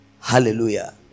Hallelujah